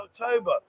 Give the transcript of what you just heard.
October